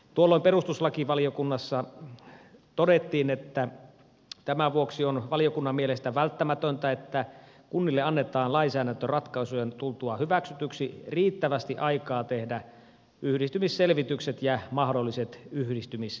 tuolloin perustuslakivaliokunnassa todettiin että tämän vuoksi on valiokunnan mielestä välttämätöntä että kunnille annetaan lainsäädäntöratkaisujen tultua hyväksytyksi riittävästi aikaa tehdä yhdistymisselvitykset ja mahdolliset yhdistymisesitykset